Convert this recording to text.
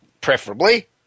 preferably